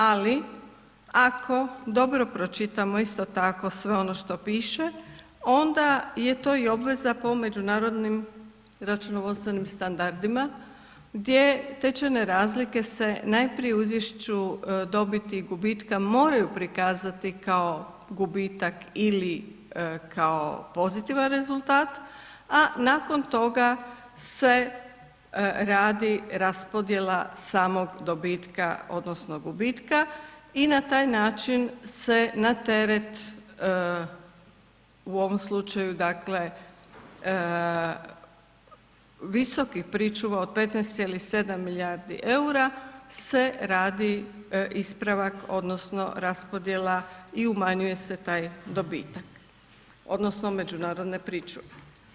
Ali ako dobro pročitamo isto tako sve ono što piše onda je to i obveza po međunarodnim računovodstvenim standardima gdje tečajne razlike se najprije u izvješću dobiti i gubitka moraju prikazati kao gubitak ili kao pozitivan rezultat a nakon toga se radi raspodjela samog dobitka, odnosno gubitka i na taj način se na teret u ovom slučaju dakle visokih pričuva od 15,7 milijardi eura se radi ispravak odnosno raspodjela i umanjuje se taj dobitak, odnosno međunarodne pričuve.